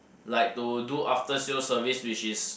like to do after sales service which is